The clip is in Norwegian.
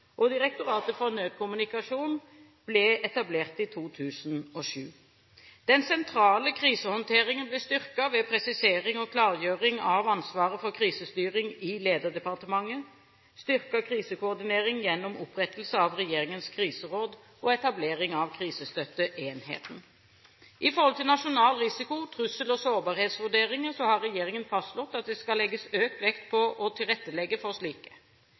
Direktoratet for nødkommunikasjon ble etablert i 2007. Den sentrale krisehåndteringen ble styrket ved presisering og klargjøring av ansvaret for krisestyring i lederdepartementet, styrket krisekoordinering gjennom opprettelsen av Regjeringens kriseråd og etablering av Krisestøtteenheten. I forhold til nasjonale risiko-, trussel- og sårbarhetsvurderinger har regjeringen fastslått at det skal legges økt vekt på å tilrettelegge for slike.